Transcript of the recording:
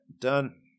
done